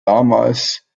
damals